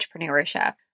entrepreneurship